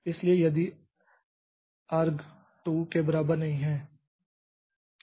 इसलिए यदि argc 2 के बराबर नहीं है